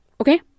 okay